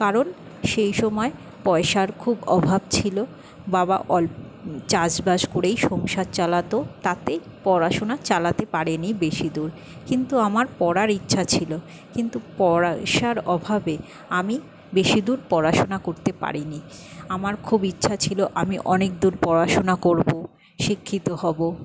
কারণ সেই সময় পয়সার খুব অভাব ছিল বাবা অল চাষবাস করেই সংসার চালাত তাতে পড়াশোনা চালাতে পারেনি বেশিদূর কিন্তু আমার পড়ার ইচ্ছা ছিল কিন্তু পয়সার অভাবে আমি বেশিদূর পড়াশোনা করতে পারিনি আমার খুব ইচ্ছা ছিল আমি অনেক দূর পড়াশোনা করব শিক্ষিত হব